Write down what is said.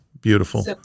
Beautiful